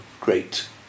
great